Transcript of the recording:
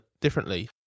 differently